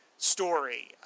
story